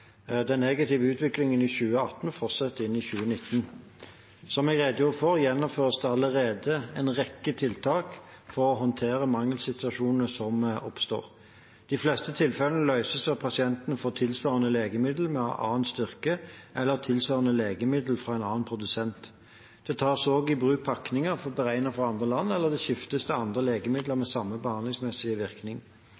Den negative utviklingen i 2018 fortsetter inn i 2019. Som jeg redegjorde for, gjennomføres det allerede en rekke tiltak for å håndtere mangelsituasjonene som oppstår. De fleste tilfellene løses ved at pasienten får tilsvarende legemiddel med en annen styrke eller tilsvarende legemiddel fra en annen produsent. Det tas også i bruk pakninger beregnet for andre land, eller det skiftes til andre legemidler